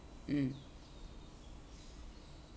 mm